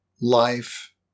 life